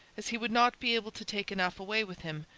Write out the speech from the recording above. as he would not be able to take enough away with him,